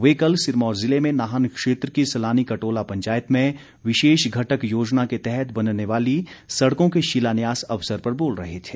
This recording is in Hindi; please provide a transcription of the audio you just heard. वे कल सिरमौर जिले में नाहन क्षेत्र की सलानी कटोला पंचायत में विशेष घटक योजना के तहत बनने वाली सड़कों के शिलान्यास अवसर पर बोल रहे थे